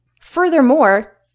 Furthermore